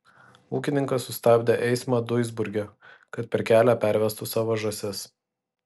ūkininkas sustabdė eismą duisburge kad per kelia pervestų savo žąsis